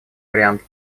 вариант